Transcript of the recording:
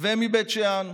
ובית שאן.